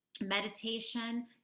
meditation